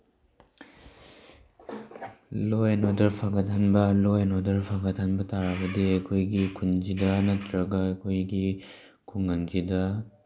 low and order ꯐꯒꯠꯍꯟꯕ law and order ꯐꯒꯠꯍꯟꯕ ꯇꯥꯔꯕꯗꯤ ꯑꯩꯈꯣꯏꯒꯤ ꯈꯨꯜꯁꯤꯗ ꯅꯠꯇ꯭ꯔꯒ ꯑꯩꯈꯣꯏꯒꯤ ꯈꯨꯡꯒꯪꯁꯤꯗ